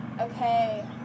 Okay